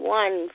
one